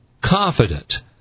confident